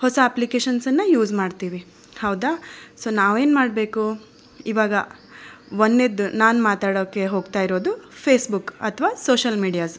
ಹೊಸ ಅಪ್ಲಿಕೇಶನ್ಸನ್ನ ಯೂಸ್ ಮಾಡ್ತೀವಿ ಹೌದಾ ಸೊ ನಾವೇನು ಮಾಡಬೇಕು ಇವಾಗ ಒಂದನೇದ್ ನಾನು ಮಾತಾಡೋಕೆ ಹೋಗ್ತಾ ಇರೋದು ಫೇಸ್ಬುಕ್ ಅಥ್ವಾ ಸೋಷ್ಯಲ್ ಮೀಡಿಯಾಸ್